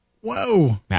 whoa